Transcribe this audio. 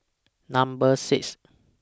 Number six